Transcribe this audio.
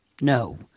No